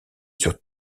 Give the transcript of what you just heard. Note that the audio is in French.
sur